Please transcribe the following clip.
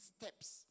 steps